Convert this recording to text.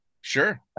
Sure